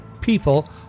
people